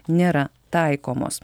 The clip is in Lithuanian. nėra taikomos